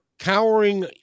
Cowering